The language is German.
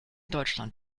deutschland